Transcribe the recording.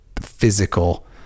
physical